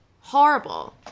Horrible